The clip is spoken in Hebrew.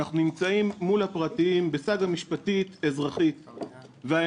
אנחנו נמצאים מול הפרטיים בסאגה משפטית אזרחית וכל דבר